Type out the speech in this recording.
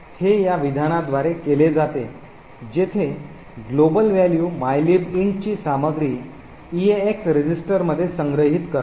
हे या विधानाद्वारे केले जाते जेथे global value mylib int ची सामग्री EAX रजिस्टरमध्ये संग्रहित करते